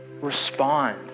respond